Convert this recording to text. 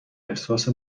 احساس